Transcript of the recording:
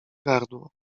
gardło